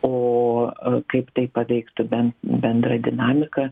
o kaip tai paveiktų bendrą dinamiką